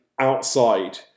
outside